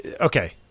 okay